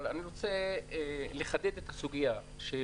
אבל אני רוצה לחדד את הסוגיה שבוועדה